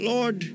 Lord